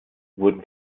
wurden